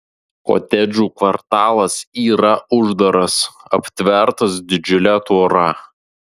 kotedžų kvartalas yra uždaras aptvertas didžiule tvora